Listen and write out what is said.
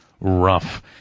Rough